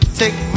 take